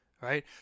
Right